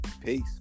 Peace